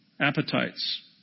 Appetites